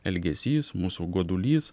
elgesys mūsų godulys